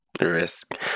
risk